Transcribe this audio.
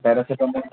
paracetamol